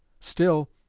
still,